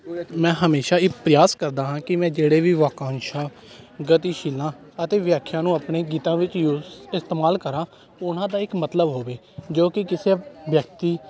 ਮੈਂ ਹਮੇਸ਼ਾਂ ਇਹ ਪ੍ਰਯਾਸ ਕਰਦਾ ਹਾਂ ਕਿ ਮੈਂ ਜਿਹੜੇ ਵੀ ਵਾਕਾਂਸ਼ਾਂ ਗਤੀਸ਼ਿਲਾਂ ਅਤੇ ਵਿਆਖਿਆ ਨੂੰ ਆਪਣੇ ਗੀਤਾਂ ਵਿੱਚ ਯੂਜ ਇਸਤੇਮਾਲ ਕਰਾਂ ਉਹਨਾਂ ਦਾ ਇੱਕ ਮਤਲਬ ਹੋਵੇ ਜੋ ਕਿ ਕਿਸੇ ਵਿਅਕਤੀ